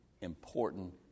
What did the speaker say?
important